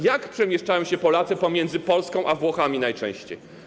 Jak przemieszczają się Polacy pomiędzy Polską a Włochami najczęściej?